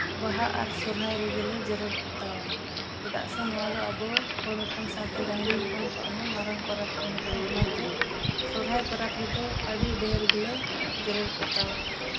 ᱵᱟᱦᱟ ᱟᱨ ᱥᱚᱦᱚᱨᱟᱭ ᱨᱮᱜᱮᱞᱮ ᱡᱮᱨᱮᱲ ᱯᱚᱛᱟᱣᱟ ᱪᱮᱫᱟᱜ ᱥᱮ ᱱᱚᱣᱟ ᱫᱚ ᱟᱵᱚ ᱦᱚᱲ ᱦᱚᱯᱚᱱ ᱥᱟᱶᱛᱮ ᱰᱟᱝᱨᱤ ᱦᱚᱯᱚᱱ ᱠᱚᱣᱟᱜ ᱦᱚᱸ ᱢᱟᱨᱟᱝ ᱯᱚᱨᱚᱵᱽ ᱠᱟᱱᱟ ᱛᱚ ᱚᱱᱟᱛᱮ ᱥᱚᱦᱚᱨᱟᱭ ᱯᱚᱨᱚᱵᱽ ᱨᱮᱫᱚ ᱟᱹᱰᱤ ᱰᱷᱮᱨ ᱜᱮᱞᱮ ᱡᱮᱨᱮᱲ ᱯᱚᱛᱟᱣᱟ